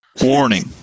Warning